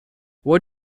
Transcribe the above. what